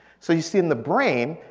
so you see in the brain,